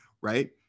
Right